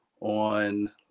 on